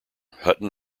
hutton